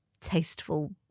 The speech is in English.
tasteful